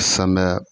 समय